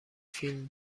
فیلم